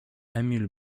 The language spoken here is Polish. emil